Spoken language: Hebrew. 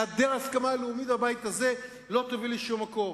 העדר הסכמה לאומית בבית הזה לא יוביל לשום מקום.